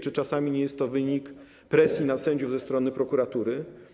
Czy czasami nie jest to wynik presji na sędziów ze strony prokuratury?